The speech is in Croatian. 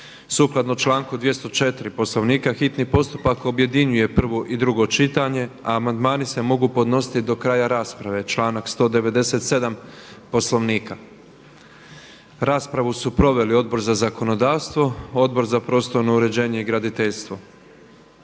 Sukladno članku 204. Poslovnika hitni postupak objedinjuje prvo i drugo čitanje, a amandmani se mogu podnositi do kraja rasprave, članak 197. Poslovnika. Raspravu su proveli Odbor za zakonodavstvo, Odbor za prostorno uređenje i graditeljstvo.